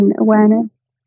awareness